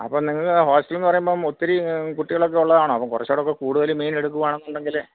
അപ്പം നിങ്ങൾ ഹോസ്റ്റ്ല് എന്ന് പറയുമ്പം ഒത്തിരി കുട്ടികളൊക്കെ ഉള്ളതണോ അപ്പം കുറച്ചുകൂടെയൊക്കെ കൂടുതൽ മീൻ എടുക്കുവാണെന്നുണ്ടെങ്കിൽ